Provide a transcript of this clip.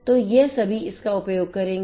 तो ये सभी इसका उपयोग करेंगे